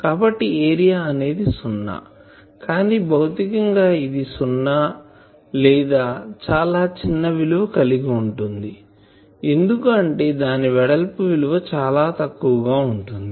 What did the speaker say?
కాబట్టి ఏరియా అనేది సున్నా కానీ బౌతికంగా ఇది సున్నా లేదా చాలా చిన్న విలువ ఉంటుంది ఎందుకు అంటే దాని వెడల్పు విలువ చాలా తక్కువ గా వుంటుంది